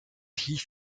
heath